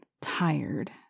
tired